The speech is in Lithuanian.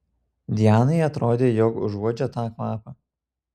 dianai atrodė jog užuodžia tą kvapą